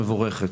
מבורכת.